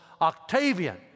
Octavian